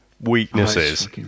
weaknesses